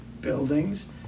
buildings